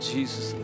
Jesus